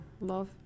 love